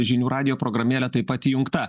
žinių radijo programėlė taip pat įjungta